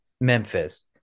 Memphis